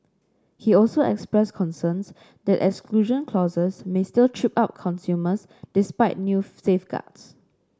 he also expressed concerns that exclusion clauses may still trip up consumers despite new safeguards